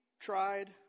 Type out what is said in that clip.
tried